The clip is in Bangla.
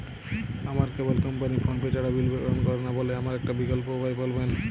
আমার কেবল কোম্পানী ফোনপে ছাড়া বিল গ্রহণ করে না বলে আমার একটা বিকল্প উপায় বলবেন?